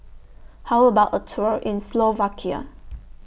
How about A Tour in Slovakia